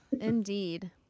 indeed